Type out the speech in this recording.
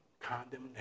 condemnation